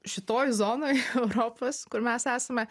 šitoj zonoj europos kur mes esame